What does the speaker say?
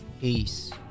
peace